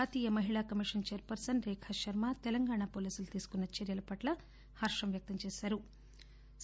జాతీయ మహిళా commission chairperson Rekha Sharma Telangana పోలీసులు తీసుకున్న చర్యల పట్ల హర్షం వ్యక్తం చేశారు